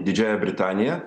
didžiąja britanija